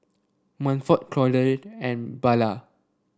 Manford Claudette and Bella